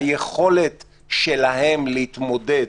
היכולת שלהם להתמודד